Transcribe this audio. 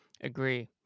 Agree